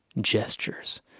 gestures